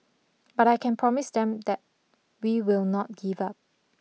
but I can promise them that we will not give up